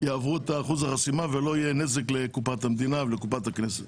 יעברו את אחוז החסימה ולא ייגרם נזק לקופת המדינה ולקופת הכנסת.